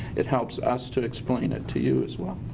it helps us to explain it to you as well.